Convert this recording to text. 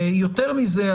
יותר מזה.